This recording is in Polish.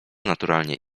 naturalnie